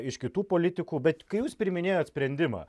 iš kitų politikų bet kai jūs priiminėjot sprendimą